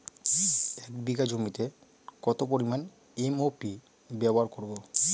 এক বিঘা জমিতে কত পরিমান এম.ও.পি ব্যবহার করব?